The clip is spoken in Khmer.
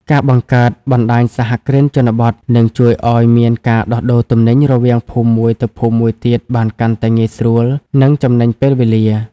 ការបង្កើត "បណ្ដាញសហគ្រិនជនបទ" នឹងជួយឱ្យមានការដោះដូរទំនិញរវាងភូមិមួយទៅភូមិមួយទៀតបានកាន់តែងាយស្រួល និងចំណេញពេលវេលា។